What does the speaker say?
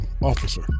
officer